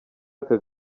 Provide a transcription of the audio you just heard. aka